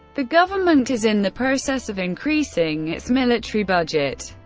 the government is in the process of increasing its military budget.